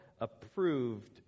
approved